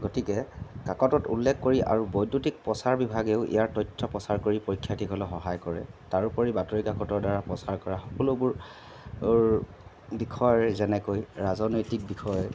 গতিকে কাকতত উল্লেখ কৰি আৰু বৈদ্যুতিক প্ৰচাৰ বিভাগেও ইয়াৰ তথ্য প্ৰচাৰ কৰি পৰীক্ষাৰ্থীসকলক সহায় কৰে তাৰোপৰি বাতৰিকাকতৰ দ্বাৰা প্ৰচাৰ কৰা সকলোবোৰ ওৰ বিষয় যেনেকৈ ৰাজনৈতিক বিষয়